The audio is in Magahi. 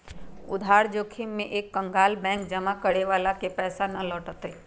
उधार जोखिम में एक कंकगाल बैंक जमा करे वाला के पैसा ना लौटय तय